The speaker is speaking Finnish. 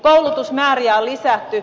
koulutusmääriä on lisätty